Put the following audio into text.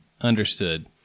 Understood